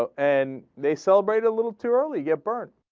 ah and they celebrate a little too early yeah dipper